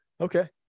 Okay